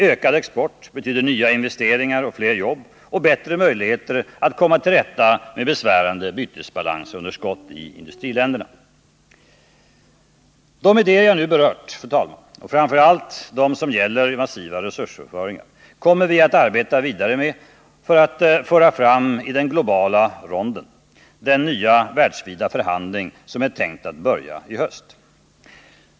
Ökad export betyder nya investeringar och fler jobb och bättre möjligheter att komma till rätta med besvärande bytesbalansunderskott i industriländerna. Fru talman! De idéer jag nu berört, och framför allt de som gäller massiva resursöverföringar, kommer vi att arbeta vidare med för att föra fram dem i den globala ronden — den nya, världsvida förhandling som är tänkt att börja i höst.